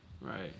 Right